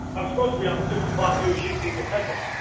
i'm supposed to be on the six o'clock news shooting people's heads off.